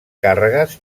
càrregues